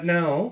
now